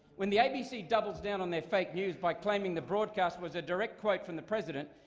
when the abc doubles down on their fake news by claiming the broadcast was a direct quote from the president,